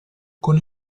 con